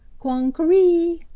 quong-ka-reee!